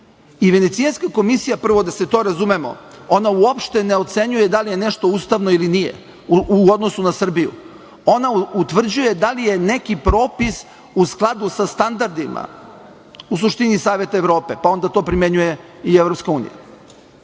i Venecijanska komisija, prvo da se to razumemo, ona uopšte ne ocenjuje da li je nešto ustavno ili nije, u odnosu na Srbiju. Ona utvrđuje da li je neki propis u skladu sa standardima, u suštini SE, pa onda to primenjuje i Evropska unija.